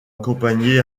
accompagné